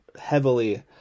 heavily